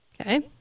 Okay